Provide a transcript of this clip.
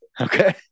Okay